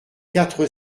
quatre